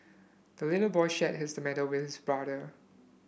the little boy shared his tomato with his brother